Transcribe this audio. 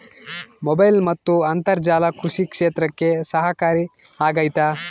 Mobile ಮತ್ತು ಅಂತರ್ಜಾಲ ಕೃಷಿ ಕ್ಷೇತ್ರಕ್ಕೆ ಸಹಕಾರಿ ಆಗ್ತೈತಾ?